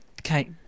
Okay